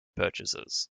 purchases